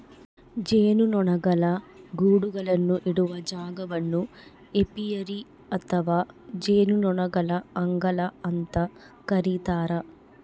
ಜೇನುನೊಣಗಳ ಗೂಡುಗಳನ್ನು ಇಡುವ ಜಾಗವನ್ನು ಏಪಿಯರಿ ಅಥವಾ ಜೇನುನೊಣಗಳ ಅಂಗಳ ಅಂತ ಕರೀತಾರ